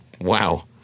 Wow